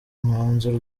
mwanzuro